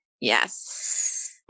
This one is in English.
yes